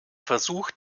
versuch